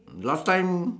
last time